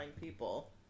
people